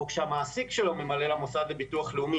או שהמעסיק שלו ממלא למוסד הביטוח לאומי,